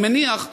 אני מניח,